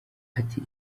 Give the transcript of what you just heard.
ati